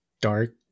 dark